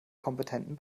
kompetenten